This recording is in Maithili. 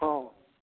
हँ